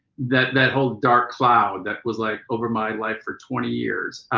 that that whole dark cloud that was like over my life for twenty years